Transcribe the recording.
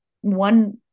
one